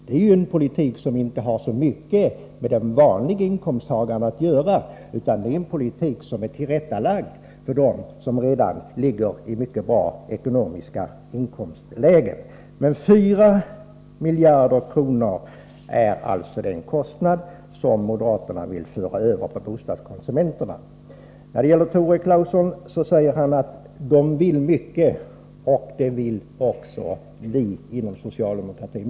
Det är en politik som inte har så mycket med den vanliga inkomsttagaren att göra, utan det är en politik som är tillrättalagd för dem som redan ligger i mycket bra inkomstlägen. 4 miljarder är alltså den kostnad som moderaterna vill föra över på bostadskonsumenterna. Tore Claeson säger att vpk vill mycket — och det vill också vi inom socialdemokratin.